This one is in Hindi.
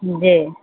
जी